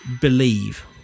believe